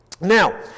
Now